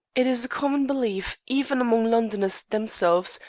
it is a common belief, even among londoners themselves,